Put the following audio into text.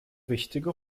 wichtige